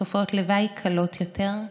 תופעות לוואי קלות יותר,